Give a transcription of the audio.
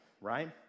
right